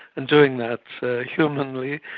and doing that humanly,